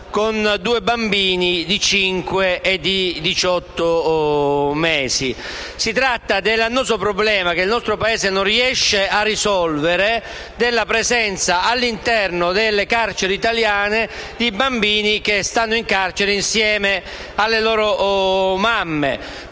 cinque e di diciotto mesi. Si tratta dell'annoso problema, che il nostro Paese non riesce a risolvere, della presenza all'interno delle carceri italiane di bambini, che stanno in carcere insieme alle loro mamme.